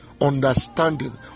understanding